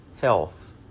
health